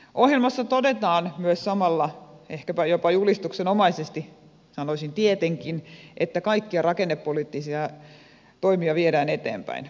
ohjelmassa todetaan myös samalla ehkäpä jopa julistuksenomaisesti sanoisin tietenkin että kaikkia rakennepoliittisia toimia viedään eteenpäin